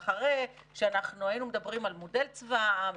ואחרי שהיינו מדברים על מודל צבא העם,